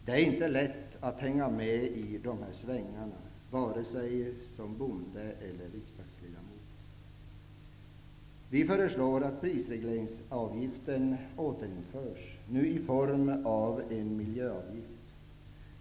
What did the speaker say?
Det är inte lätt att hänga med i svängarna, vare sig man är bonde eller riksdagsledamot. Vi föreslår att prisregleringsavgiften återinförs, nu i form av en miljöavgift.